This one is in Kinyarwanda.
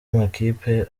amakipe